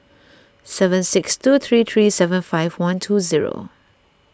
seven six two three three seven five one two zero